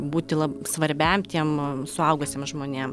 būti lab svarbiam tiem suaugusiem žmonėm